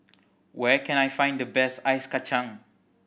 where can I find the best Ice Kachang